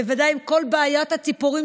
בוודאי עם כל בעיית הציפורים,